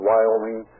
Wyoming